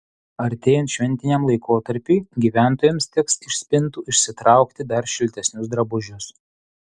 artėjant šventiniam laikotarpiui gyventojams teks iš spintų išsitraukti dar šiltesnius drabužius